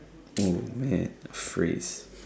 oh man a phrase